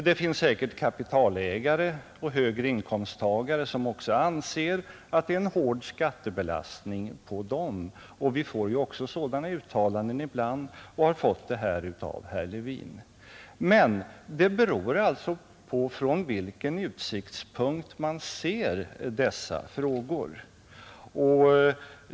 Det finns säkert kapitalägare och högre inkomsttagare som också anser att det är en hård skattebelastning på dem Vi får ju även sådana uttalanden ibland och har fått det här av herr Levin. Men det beror alltså på från vilken utsiktspunkt man ser dessa frågor.